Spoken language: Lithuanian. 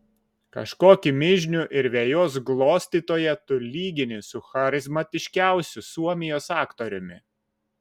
kažkokį mižnių ir vejos glostytoją tu lygini su charizmatiškiausiu suomijos aktoriumi